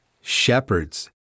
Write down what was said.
Shepherds